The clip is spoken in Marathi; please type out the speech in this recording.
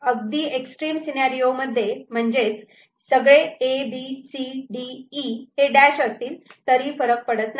अगदी एक्सट्रीम सीनेरीओमध्ये म्हणजेच सगळे A B C D E हे डॅश असतील तरी फरक पडत नाही